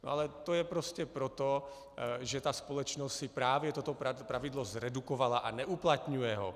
Ale to je prostě proto, že ta společnost si právě toto pravidlo zredukovala a neuplatňuje ho.